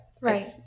Right